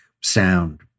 sound